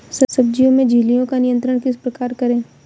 सब्जियों में इल्लियो का नियंत्रण किस प्रकार करें?